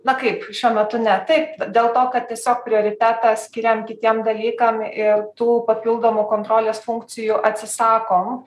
na kaip šiuo metu ne taip dėl to kad tiesiog prioritetą skiriam kitiem dalykam ir tų papildomų kontrolės funkcijų atsisakom